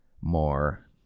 more